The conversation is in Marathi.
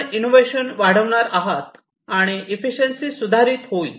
आपण इनोव्हेशन वाढविणार आहात आणि इफिशियंशी सुधारित होईल